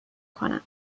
کنم